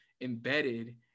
embedded